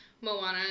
Moana